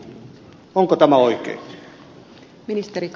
onko tämä oikein